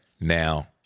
Now